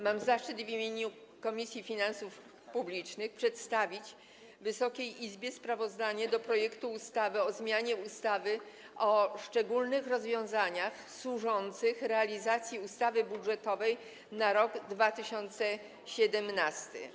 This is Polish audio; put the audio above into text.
Mam zaszczyt w imieniu Komisji Finansów Publicznych przedstawić Wysokiej Izbie sprawozdanie o projekcie ustawy o zmianie ustawy o szczególnych rozwiązaniach służących realizacji ustawy budżetowej na rok 2017.